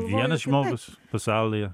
vienas žmogus pasaulyje